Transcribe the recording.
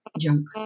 junk